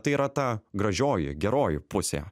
tai yra ta gražioji geroji pusė